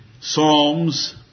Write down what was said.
psalms